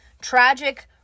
tragic